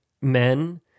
men